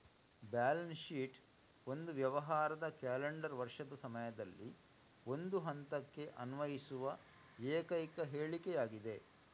balance sheet ಒಂದು ವ್ಯವಹಾರದ calendar ವರ್ಷದ ಸಮಯದಲ್ಲಿ ಒಂದು ಹಂತಕ್ಕೆ ಅನ್ವಯಿಸುವ ಏಕೈಕ ಹೇಳಿಕೆಯಾಗಿದೆ